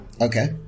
Okay